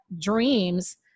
dreams